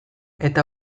eta